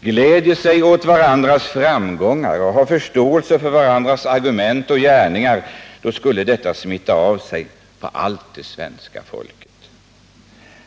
gläder sig åt varandras framgångar, har förståelse för varandras argument och gärningar — då skulle detta smitta av sig på hela det svenska folket.